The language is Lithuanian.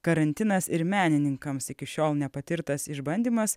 karantinas ir menininkams iki šiol nepatirtas išbandymas